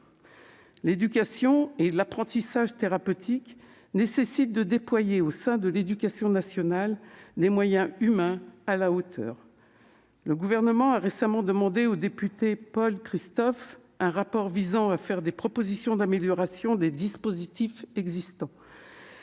L'éducation et l'apprentissage thérapeutiques nécessitent que soient déployés au sein de l'éducation nationale des moyens humains à la hauteur. Le Gouvernement a récemment demandé au député Paul Christophe de formuler dans un rapport des propositions d'amélioration des dispositifs existants.